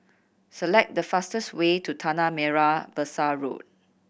select the fastest way to Tanah Merah Besar Road